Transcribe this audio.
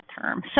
term